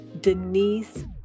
Denise